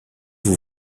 vous